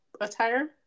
attire